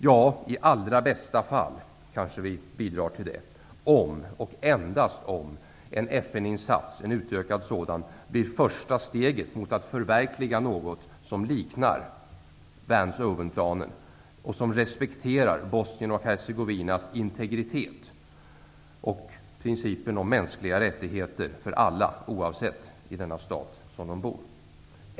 Ja, i allra bästa fall kanske vi bidrar till det om, och endast om, en utökad FN insats blir första steget mot att förverkliga något som liknar Vance--Owen-planen och där man respekterar Bosnien-Hercegovinas integritet och principen om mänskliga rättigheter för alla oavsett var de bor i denna stat.